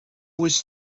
was